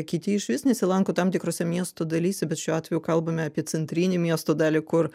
kiti išvis nesilanko tam tikrose miesto dalyse bet šiuo atveju kalbame apie centrinę miesto dalį kur